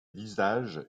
visages